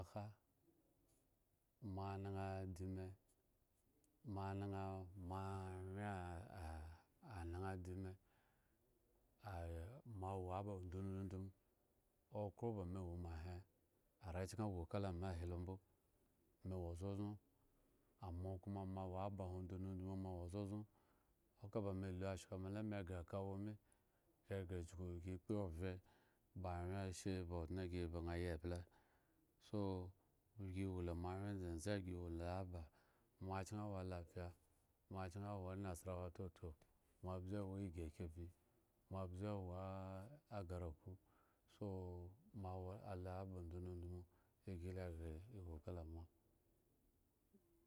Kha moanaŋha adimi, moanaŋha moawyen ha adime ah moawo aba ndundundmu okhro ba me wo ma he arechken woma kame ahe ko mbo, me wo zonzon mo ki ma, moawabahwon ndundundmumo awo zonzon aka ba me lu ashka me la me ghre akawo me gi ghre chuku gi kpovye ba awyenashe ba odŋe gi ba ŋha yi eble, so gi wola, moawyen ndzendze gi wolo aba moachken wo alafiya, moawchken wo nasarawa toto, moabze wo igi akefi, moabze awo agaraku so mo wa ala aba ndundundmu nga gi